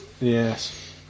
Yes